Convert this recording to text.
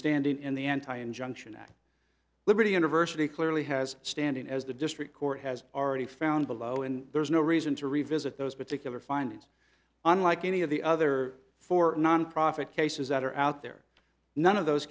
standing in the anti injunction at liberty university clearly has standing as the district court has already found below and there's no reason to revisit those particular findings unlike any of the other four nonprofit cases that are out there none of those